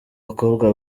bakobwa